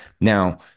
Now